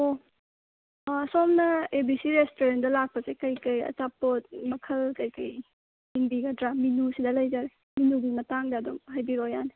ꯑꯣ ꯁꯣꯝꯅ A B C ꯔꯦꯁꯇ꯭ꯔꯣꯟꯗ ꯂꯥꯛꯄꯁꯤ ꯀꯔꯤ ꯀꯔꯤ ꯑꯆꯥꯄꯣꯠ ꯃꯈꯜ ꯀꯔꯤ ꯀꯔꯤ ꯌꯦꯡꯕꯤꯒꯗ꯭ꯔꯥ ꯃꯤꯅꯨ ꯁꯤꯗ ꯂꯩꯖꯔꯦ ꯃꯤꯅꯨꯒꯤ ꯃꯇꯥꯡꯗ ꯑꯗꯨꯃ ꯍꯥꯏꯕꯤꯔꯛꯑꯣ ꯌꯥꯅꯤ